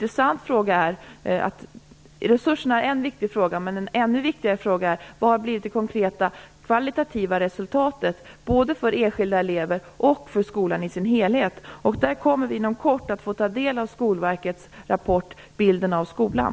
Resurserna är en viktig fråga, men en ännu viktigare fråga är: Vad blir det konkreta kvalitativa resultatet både för enskilda elever och för skolan i dess helhet? Där kommer vi inom kort att få ta del av Skolverkets rapport Bilden av skolan.